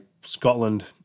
Scotland